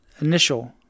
initial